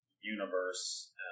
universe